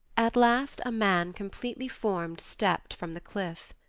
at last a man completely formed stepped from the cliff.